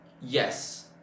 yes